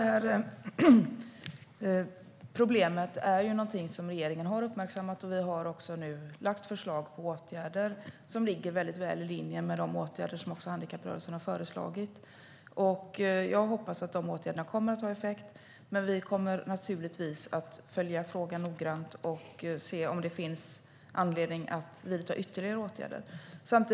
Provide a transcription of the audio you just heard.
Herr talman! Regeringen har uppmärksammat detta problem och lagt fram förslag till åtgärder som ligger väl i linje med de åtgärder som handikapprörelsen har föreslagit. Jag hoppas att de åtgärderna kommer att ha effekt, men vi kommer naturligtvis att följa frågan noggrant och se om det finns anledning att vidta ytterligare åtgärder.